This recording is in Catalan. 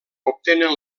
obtenen